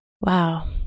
Wow